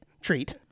treat